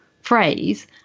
phrase